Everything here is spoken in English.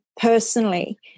Personally